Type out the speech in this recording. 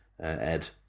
Ed